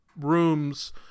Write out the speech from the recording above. rooms